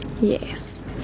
Yes